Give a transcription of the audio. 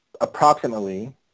approximately